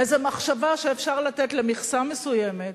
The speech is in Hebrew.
איזו מחשבה שאפשר לתת למכסה מסוימת,